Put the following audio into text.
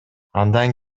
андан